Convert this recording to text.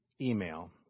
email